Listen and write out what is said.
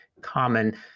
common